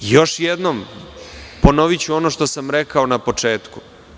Još jednom ću ponoviti ono što sam rekao na početku.